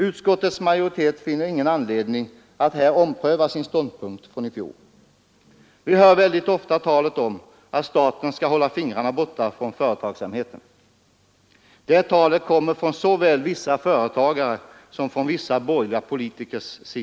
Utskottets majoritet finner ingen anledning att ompröva sin ståndpunkt från i fjol. Vi hör mycket ofta talet om att staten skall hålla fingrarna borta från företagsamheten. Det talet kommer från såväl vissa företagare som vissa borgerliga politiker.